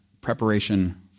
preparation